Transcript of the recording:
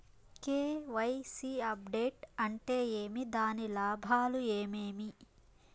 KYC update అంటే ఏమి? దాని లాభాలు ఏమేమి?